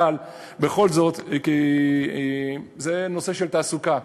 אבל בכל זאת זה נושא של תעסוקה.